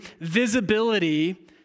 visibility